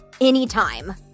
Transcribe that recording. anytime